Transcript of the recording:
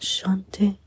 Shanti